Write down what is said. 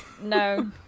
No